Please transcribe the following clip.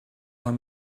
him